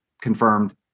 confirmed